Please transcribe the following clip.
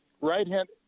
right-hand